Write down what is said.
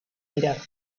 tirar